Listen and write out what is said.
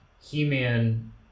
He-Man